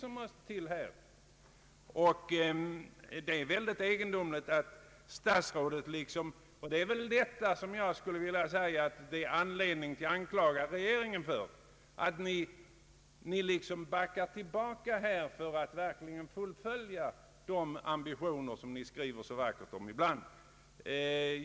Detta är enligt mitt förmenande en anledning till att anklaga regeringen; ni backar nu och fullföljer inte de ambitioner som ni ibland skriver så vackert om.